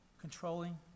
controlling